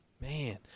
Man